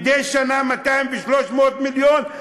מדי שנה 200 ו-300 מיליון,